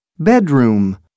Bedroom